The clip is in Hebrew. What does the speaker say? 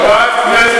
חבר הכנסת